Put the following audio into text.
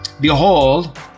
Behold